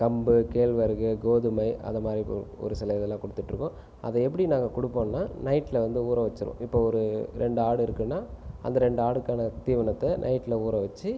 கம்பு கேழ்வரகு கோதுமை அதுமாதிரி ஒரு சில இதெல்லாம் கொடுத்துட்டு இருக்கோம் அது எப்படி நாங்கள் கொடுப்போம்னா நைட்டில் வந்து ஊற வச்சுர்வோம் இப்போ ஒரு ரெண்டு ஆடு இருக்குன்னால் அந்த ரெண்டு ஆடுக்கான தீவனத்தை நைட்டில் ஊற வச்சு